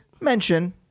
Mention